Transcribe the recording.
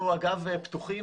אנחנו, אגב, פתוחים.